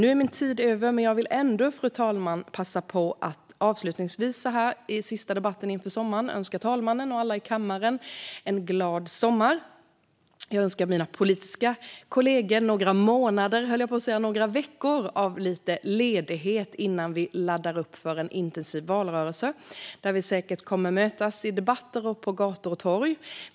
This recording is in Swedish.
Nu är min talartid ute, men jag vill ändå passa på att avslutningsvis, så här i den sista debatten inför sommaren, önska talmannen och alla i kammaren en glad sommar. Mina politiska kollegor önskar jag några veckor av lite ledighet innan vi laddar upp för en intensiv valrörelse där vi säkert kommer att mötas i debatter och på gator och torg.